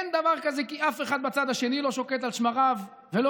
אין דבר כזה כי אף אחד בצד השני לא שוקט על שמריו ולא